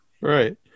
Right